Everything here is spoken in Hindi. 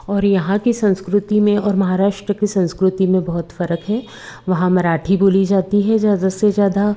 और यहाँ की संस्कृति में और महाराष्ट्र की संस्कृति में बहुत फ़र्क़ है वहाँ मराठी बोली जाती है ज़्यादा से ज़्यादा